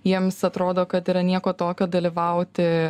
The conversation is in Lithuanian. jiems atrodo kad yra nieko tokio dalyvauti